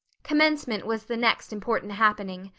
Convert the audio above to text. commencement was the next important happening.